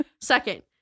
second